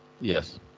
Yes